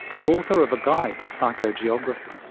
the author of a guide to psychogeography,